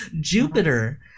Jupiter